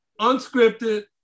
unscripted